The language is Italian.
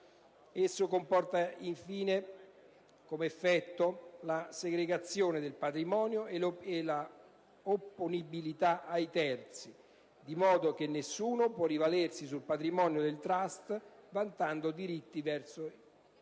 Esso comporta infine, come effetto, la separazione del patrimonio e la opponibilità ai terzi, di modo che nessuno può rivalersi sul patrimonio del *trust* vantando diritti verso il